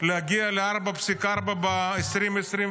להגיע ל-4.4 ב-2025.